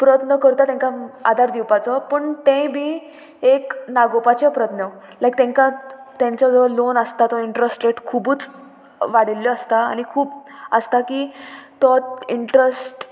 प्रयत्न करता तांकां आदार दिवपाचो पूण तेंय बी एक नागोवपाचें प्रत्न लायक तांकां तेंचो जो लोन आसता तो इंट्रस्ट रेट खुबूच वाडिल्लो आसता आनी खूब आसता की तो इंट्रस्ट